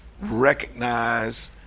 recognize